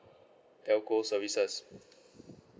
telco services